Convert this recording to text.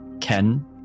Ken